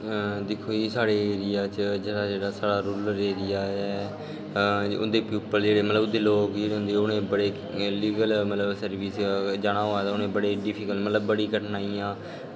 दिक्खो जी जेह्ड़ा जेह्ड़ा साढ़ा रुरल एरिया ऐ ओह्दे प्यूपल जेह्ड़े होंदे ओह्दे लोग जेह्ड़े होंदे उ'नें लीगल मतलब सर्विस जाना होऐ ते उनें बड़ी डिफिकल्टियां बड़ी कठिनाइयां